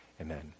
amen